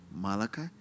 Malachi